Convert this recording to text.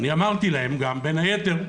אני אמרתי להם גם, בין היתר,